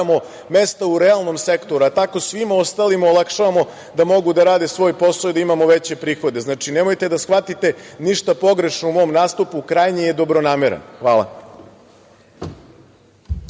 otvaramo mesta u realnom sektoru, a tako svima ostalima olakšavamo da mogu da rade svoj posao i da imamo veće prihode. Nemojte da shvatite ništa pogrešno u mom nastupu, krajnje je dobronameran. Hvala.